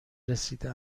رسیده